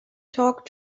talk